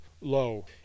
low